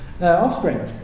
offspring